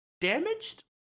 damaged